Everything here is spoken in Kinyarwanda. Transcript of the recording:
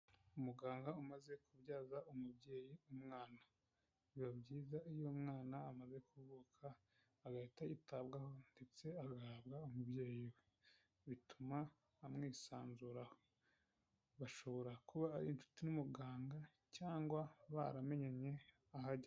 Umuganga umaze kubyaza umubyeyi umwana, biba byiza iyo umwana amaze kuvuka agahita yitabwaho ndetse agahabwa umubyeyi we, bituma amwisanzuraho. Bashobora kuba ari inshuti n'umuganga cyangwa baramenyanye ahageze.